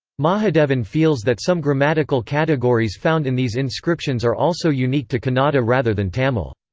mahadevan feels that some grammatical categories found in these inscriptions are also unique to kannada rather than tamil.